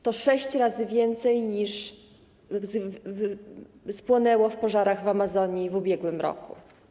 To sześć razy więcej, niż spłonęło w pożarach w Amazonii w ubiegłym roku.